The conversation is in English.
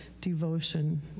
devotion